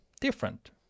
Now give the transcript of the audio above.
different